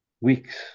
weeks